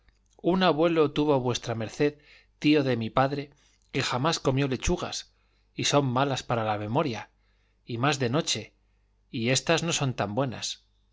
un abuelo tuvo v md tío de mi padre que jamás comió lechugas y son malas para la memoria y más de noche y éstas no son tan buenas